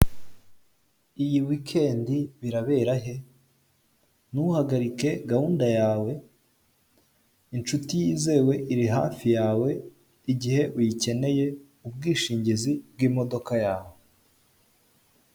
Iyi wikendi birabera he? ntuhagarike gahunda yawe inshuti yizewe iri hafi yawe igihe uyikeneye, ubwishingizi bw'imodoka yawe.